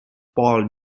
paul